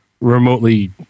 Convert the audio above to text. remotely